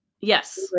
Yes